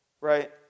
right